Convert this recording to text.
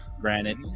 granted